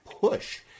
push